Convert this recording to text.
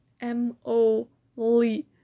M-O-L-E